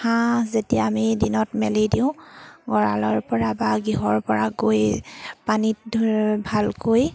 হাঁহ যেতিয়া আমি দিনত মেলি দিওঁ গঁৰালৰপৰা বা গৃহৰপৰা গৈ পানীত ভালকৈ